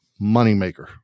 moneymaker